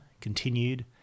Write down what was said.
continued